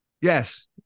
Yes